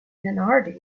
minardi